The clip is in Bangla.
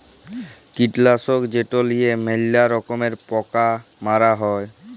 কীটলাসক যেট লিঁয়ে ম্যালা রকমের পকা মারা হ্যয়